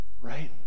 right